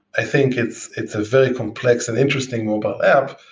i think it's it's a very complex and interesting mobile app,